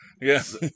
Yes